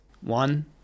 One